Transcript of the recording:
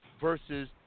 versus